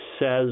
says